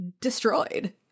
destroyed